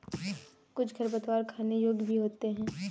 कुछ खरपतवार खाने योग्य भी होते हैं